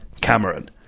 Cameron